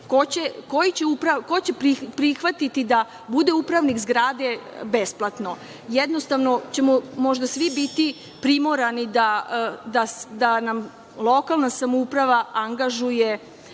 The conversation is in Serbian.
ko će prihvatiti da bude upravnik zgrade besplatno? Jednostavno ćemo možda svi biti primorani da nam lokalna samouprava angažuje